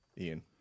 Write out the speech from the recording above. Ian